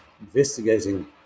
investigating